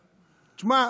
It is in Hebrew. שמע,